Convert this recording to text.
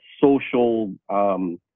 social